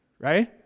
Right